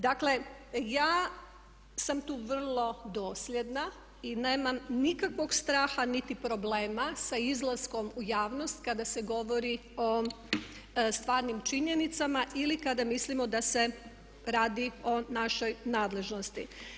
Dakle ja sam tu vrlo dosljedna i nemam nikakvog straha niti problema sa izlaskom u javnost kada se govori o stvarnim činjenicama ili kada mislimo da se radi o našoj nadležnosti.